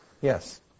Yes